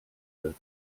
wird